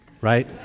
right